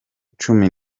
cumi